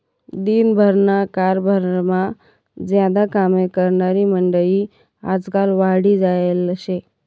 दिन भरना कारभारमा ज्यादा कामे करनारी मंडयी आजकाल वाढी जायेल शे